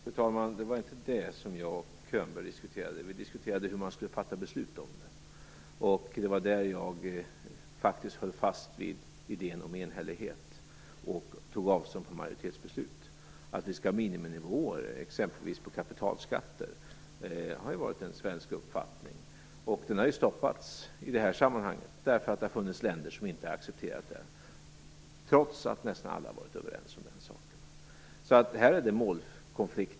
Fru talman! Det var inte detta som Bo Könberg och jag diskuterade. Vi diskuterade hur man skall fatta beslut i frågan. Jag höll då fast vid idén om enhällighet och tog avstånd från majoritetsbeslut. Att vi skall ha miniminivåer på exempelvis kapitalskatter har ju varit en svensk uppfattning. Men den har stoppats, därför att det har funnits länder som inte har accepterat den, trots att nästan alla länder har varit överens om den saken.